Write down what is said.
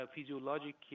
physiologic